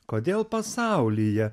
kodėl pasaulyje